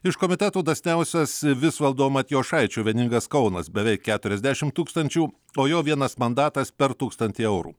iš komiteto dosniausias visvaldo matijošaičio vieningas kaunas beveik keturiasdešimt tūkstančių o jo vienas mandatas per tūkstantį eurų